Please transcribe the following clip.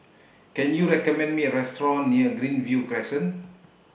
Can YOU recommend Me A Restaurant near Greenview Crescent